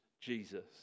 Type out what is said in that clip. Jesus